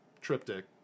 triptych